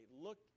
Look